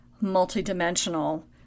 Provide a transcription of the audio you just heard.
multi-dimensional